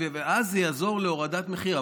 ואז זה יעזור להורדת מחיר.